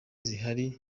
zihari